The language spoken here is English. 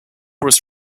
was